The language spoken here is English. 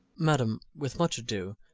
madam, with much ado.